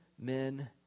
Men